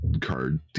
card